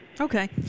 Okay